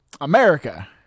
America